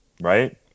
right